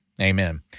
amen